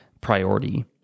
Priority